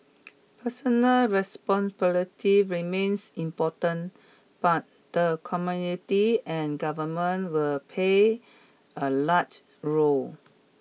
personal responsibility remains important but the community and Government will pay a larger role